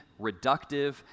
reductive